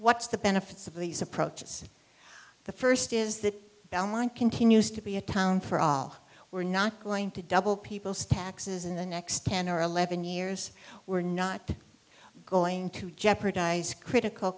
what's the benefits of these approaches the first is that belmont continues to be a town for all we're not going to double people's taxes in the next ten or eleven years we're not going to jeopardize critical